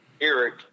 Eric